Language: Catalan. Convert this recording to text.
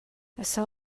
açò